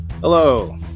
hello